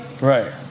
Right